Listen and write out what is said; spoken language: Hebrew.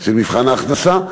של מבחן ההכנסה.